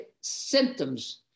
symptoms